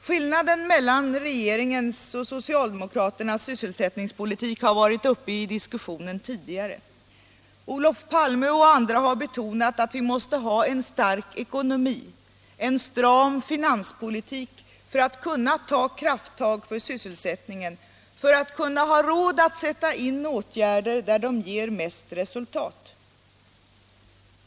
Skillnaden mellan regeringens och socialdemokraternas sysselsättningspolitik har varit uppe i diskussionen tidigare. Olof Palme och andra har betonat att vi måste ha en stark ekonomi — en stram finanspolitik —- för att kunna ta krafttag för sysselsättningen, för att ha råd att sätta in åtgärder där de ger mest resultat.